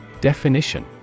Definition